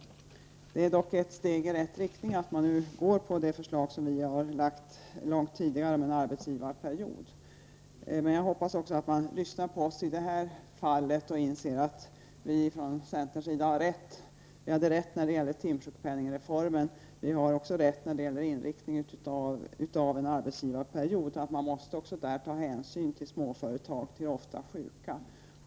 Det är dock ett steg i rätt riktning att man nu följer det förslag som vi lagt fram långt tidigare om en arbetsgivarperiod. Men jag hoppas att man lyssnar på oss också i det här fallet och inser att vi från centerns sida har rätt — vi hade rätt när det gällde timsjukpenningsreformen, och vi har rätt också när det gäller inriktningen av en arbetsgivarperiod. Man måste också där ta hänsyn till småföretag och till ofta sjuka.